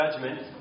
judgment